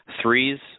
threes